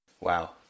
Wow